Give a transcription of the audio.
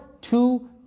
two